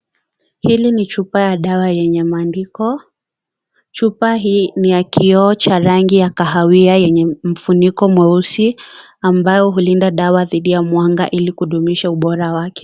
Hili ni chupa ya dawa yenye maandiko , chupa hii ni ya kioo cha rangi ya kahawia yenye mfuniko mweusi ambao hulinda dawa dhidi ya mwanga ili kudumisha ubora wake.